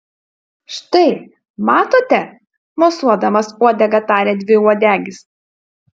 štai matote mosuodamas uodega tarė dviuodegis